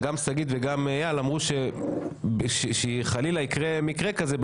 גם שגית וגם איל אמרו שאם חלילה יקרה מקרה כזה,